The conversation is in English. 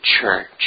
church